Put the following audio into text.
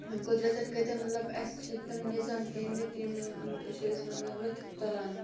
قُدرَتَن کۭتیٛاہ مطلب اَسہِ چھِ تِم نظام تھٲیمٕتۍ یِمَن چھِ أسۍ مطلب لطف تُلان